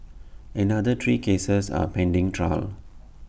another three cases are pending trial